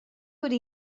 could